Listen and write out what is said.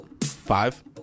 Five